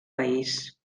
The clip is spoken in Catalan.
país